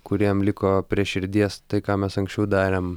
kuriem liko prie širdies tai ką mes anksčiau darėm